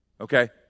Okay